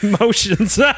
emotions